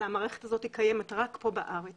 אלא המערכת הזו קיימת רק פה בארץ